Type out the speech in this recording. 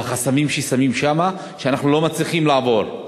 והחסמים ששמים שם, שאנחנו לא מצליחים לעבור.